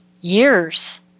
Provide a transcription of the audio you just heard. years